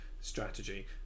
strategy